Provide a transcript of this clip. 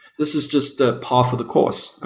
this is just a part of the course.